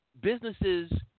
businesses